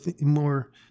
more